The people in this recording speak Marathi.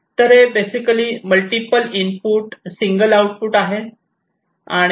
तर हे basically multiple input single output आहे